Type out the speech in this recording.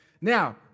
Now